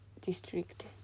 district